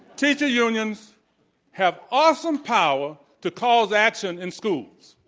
teachers unions have awesome power to cause action in schools.